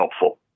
helpful